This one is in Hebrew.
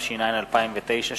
התש"ע 2010,